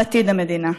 על עתיד המדינה.